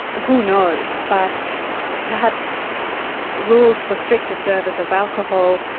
who knows? but perhaps rules for stricter service of alcohol,